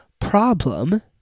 problem